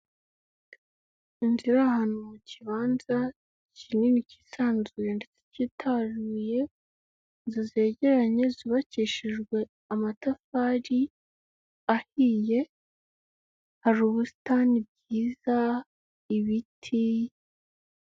Inzu iri ahantu mu kibanza kinini kisanzuye ndetse cyitaruye, inzu zegeranye zubakishijwe amatafari ahiye, hari ubusitani bwiza, ibiti.